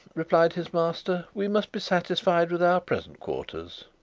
replied his master. we must be satisfied with our present quarters.